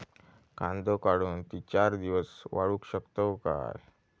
कांदो काढुन ती चार दिवस वाळऊ शकतव काय?